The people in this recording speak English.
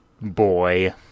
boy